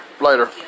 later